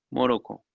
morocco,